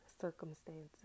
circumstances